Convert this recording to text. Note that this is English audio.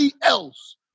else